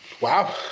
Wow